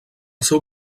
seu